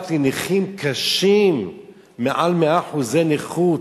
רק לנכים קשים מעל 100% נכות,